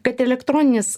kad elektroninis